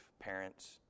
parents